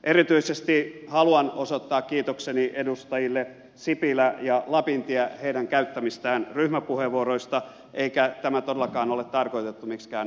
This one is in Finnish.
erityisesti haluan osoittaa kiitokseni edustajille sipilä ja lapintie heidän käyttämistään ryhmäpuheenvuoroista eikä tämä todellakaan ole tarkoitettu miksikään kuolemansuudelmaksi